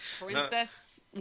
princess